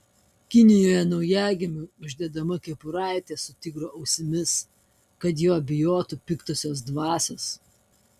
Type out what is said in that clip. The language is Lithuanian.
kinijoje naujagimiui uždedama kepuraitė su tigro ausimis kad jo bijotų piktosios dvasios